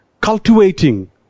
cultivating